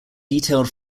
detailed